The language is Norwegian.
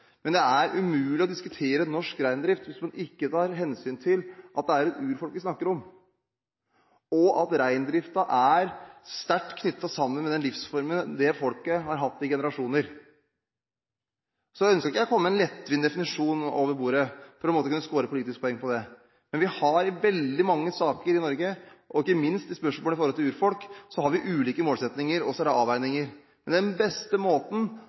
Men det er umulig å diskutere norsk reindrift hvis man ikke tar hensyn til at det er et urfolk vi snakker om, og at reindriften er sterkt knyttet sammen med den livsformen det folket har hatt i generasjoner. Så ønsker ikke jeg å komme med en lettvint definisjon over bordet for på en måte å kunne score politiske poeng på det. Vi har i veldig mange saker i Norge, og ikke minst i spørsmål som gjelder urfolk, ulike målsettinger, og så er det avveininger. Den beste måten